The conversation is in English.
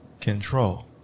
Control